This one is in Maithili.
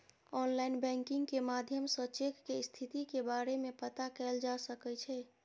आनलाइन बैंकिंग के माध्यम सं चेक के स्थिति के बारे मे पता कैल जा सकै छै